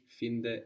finde